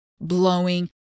blowing